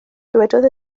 dywedodd